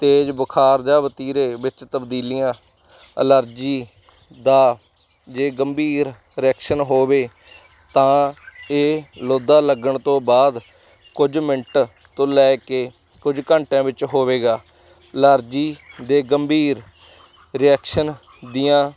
ਤੇਜ਼ ਬੁਖਾਰ ਜਾਂ ਵਤੀਰੇ ਵਿੱਚ ਤਬਦੀਲੀਆਂ ਅਲਰਜੀ ਦਾ ਜੇ ਗੰਭੀਰ ਰਿਐਕਸ਼ਨ ਹੋਵੇ ਤਾਂ ਇਹ ਲੋਧਾ ਲੱਗਣ ਤੋਂ ਬਾਅਦ ਕੁਝ ਮਿੰਟ ਤੋਂ ਲੈ ਕੇ ਕੁਝ ਘੰਟਿਆਂ ਵਿੱਚ ਹੋਵੇਗਾ ਅਲਰਜੀ ਦੇ ਗੰਭੀਰ ਰਿਐਕਸ਼ਨ ਦੀਆਂ